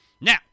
now